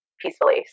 peacefully